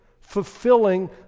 fulfilling